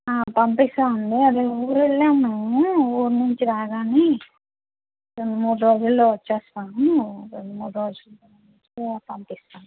పంపిస్తామండి అదే ఊరు వెళ్ళాము మేము ఊరు నుంచి రాగానే రెండు మూడు రోజుల్లో వచ్చేస్తాము రెండు మూడు రోజుల్లో పంపిస్తాము